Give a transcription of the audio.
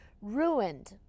ruined